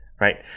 right